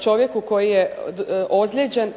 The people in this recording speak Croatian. čovjeku koji je ozlijeđen,